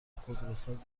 خودروساز